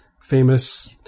famous